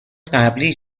قبلی